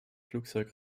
flugzeug